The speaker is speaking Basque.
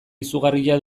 izugarria